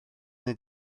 wnei